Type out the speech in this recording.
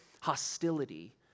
hostility